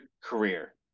career